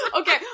Okay